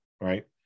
right